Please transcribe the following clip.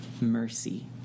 Mercy